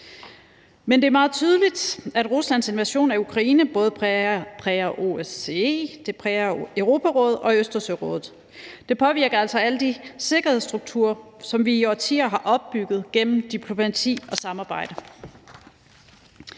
Men det er meget tydeligt, at Ruslands invasion af Ukraine både præger OSCE, Europarådet og Østersørådet. Det påvirker altså alle de sikkerhedsstrukturer, som vi i årtier har opbygget gennem diplomati og samarbejde.